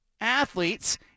athletes